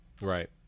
right